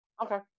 Okay